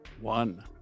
one